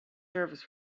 service